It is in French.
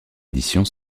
édition